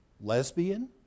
lesbian